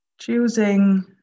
choosing